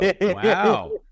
Wow